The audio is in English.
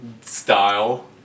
style